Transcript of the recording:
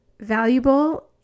valuable